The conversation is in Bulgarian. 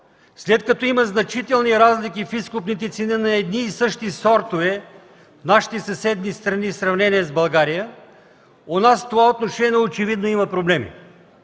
След като има значителни разлики в изкупните цени на едни и същи сортове в нашата и съседни страни, в сравнение с България, у нас в това отношение очевидно има проблеми.